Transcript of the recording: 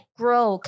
grow